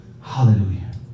Hallelujah